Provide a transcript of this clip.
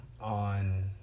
on